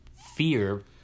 fear